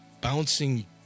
bouncing